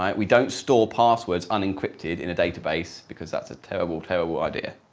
um we don't store passwords unencrypted in a database because that's a terrible terrible idea.